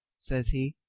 says he.